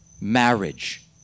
Marriage